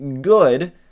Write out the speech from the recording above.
good